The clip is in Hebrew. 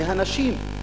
מהנשים,